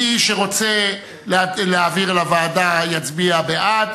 מי שרוצה להעביר לוועדה יצביע בעד,